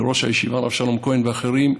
לראש הישיבה הרב שלום כהן ולאחרים,